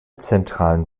zentralen